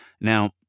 now